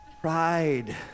Pride